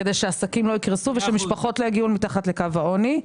כדי שעסקים לא יקרסו ושמשפחות לא יגיעו אל מתחת לקו העוני.